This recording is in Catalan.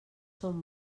són